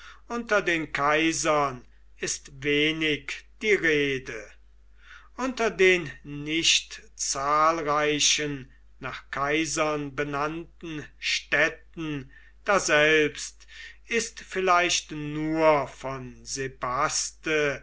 unter den kaisern ist wenig die rede unter den nicht zahlreichen nach kaisern benannten städten daselbst ist vielleicht nur von